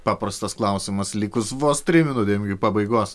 paprastas klausimas likus vos trim minutėm iki pabaigos